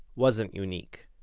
wasn't unique.